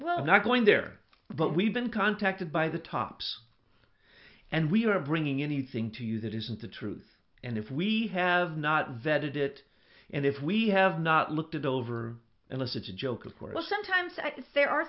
i'm not going there but we've been contacted by the tops and we are bringing anything to you that isn't the truth and if we have not vetted it and if we have not looked it over unless it's a joke of course sometimes there are